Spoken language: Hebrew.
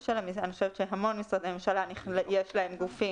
אני חושבת שלהמון משרדי ממשלה יש גופים.